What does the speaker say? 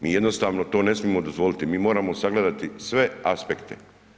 Mi jednostavno to ne smijemo dozvoliti, mi moramo sagledati sve aspekte.